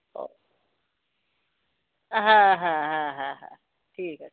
ও হ্যাঁ হ্যাঁ হ্যাঁ হ্যাঁ হ্যাঁ ঠিক আছে